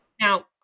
Now